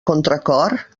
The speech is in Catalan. contracor